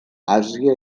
àsia